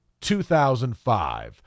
2005